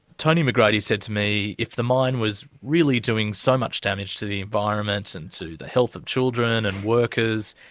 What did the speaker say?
tony mcgrady said to me if the mine was really doing so much damage to the environment and to the health of children and workers,